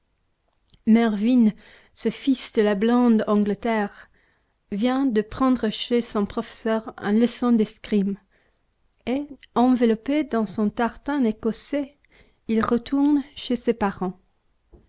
mervyn ce fils de la blonde angleterre vient de prendre chez son professeur une leçon d'escrime et enveloppé dans son tartan écossais il retourne chez ses parents